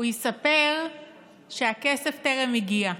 הוא יספר שהכסף טרם הגיע.